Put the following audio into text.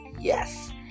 Yes